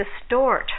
distort